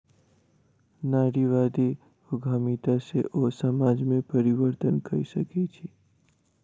नारीवादी उद्यमिता सॅ ओ समाज में परिवर्तन कय सकै छै